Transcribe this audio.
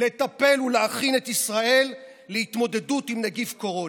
לטפל ולהכין את ישראל להתמודדות עם נגיף קורונה.